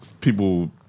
people